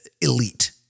elite